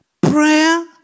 Prayer